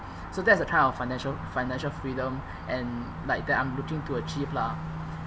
so that's the kind of financial financial freedom and like that I'm looking to achieve lah